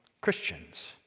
Christians